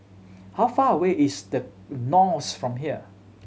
how far away is The Knolls from here